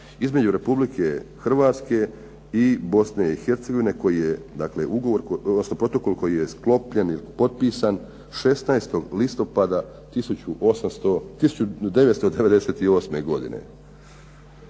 između Republike Hrvatske i Bosne i Hercegovine, dakle protokol koji je sklopljen ili potpisan 16. listopada 1998. godine.